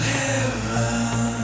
heaven